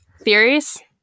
Theories